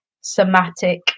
somatic